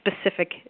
specific